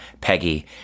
Peggy